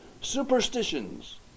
Superstitions